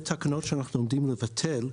שאנחנו עומדים לבטל,